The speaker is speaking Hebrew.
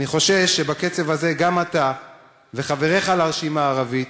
אני חושש שבקצב זה גם אתה וחבריך לרשימה הערבית